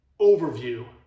overview